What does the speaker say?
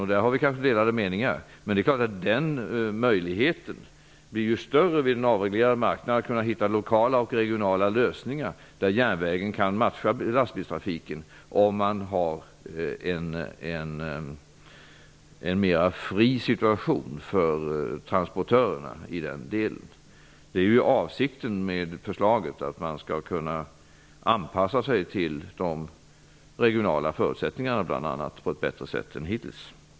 Men vi har kanske delade meningar på den punkten. Men möjligheten att hitta lokala och regionala lösningar blir ju större vid en avreglerad marknad. Järnvägen kan ju matcha lastbilstrafiken om man har en mer fri situation för transportörerna i den delen. Avsikten med förslaget är just att man bl.a. skall kunna anpassa sig till de regionala förutsättningarna på ett bättre sätt än hittills.